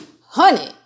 honey